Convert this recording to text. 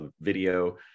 video